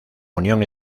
unión